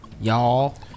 Y'all